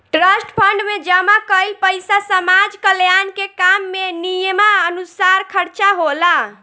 trust fund में जमा कईल पइसा समाज कल्याण के काम में नियमानुसार खर्चा होला